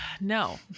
No